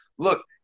Look